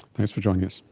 thanks for joining us.